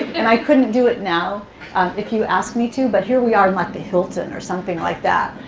and i couldn't do it now if you asked me to. but here we are in, like, the hilton or something like that,